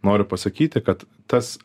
noriu pasakyti kad tas